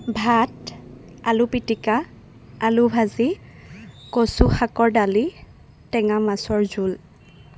ভাত আলু পিটিকা আলু ভাজি কচু শাকৰ দালি টেঙা মাছৰ জোল